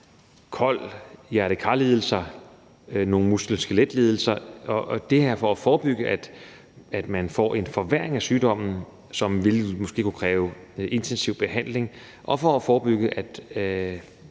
kol, hjerte-kar-lidelser, nogle muskel- og skeletlidelser. Og det er for at forebygge, at man får en forværring af sygdommen, som måske vil kunne kræve intensiv behandling, og det er for at forebygge, at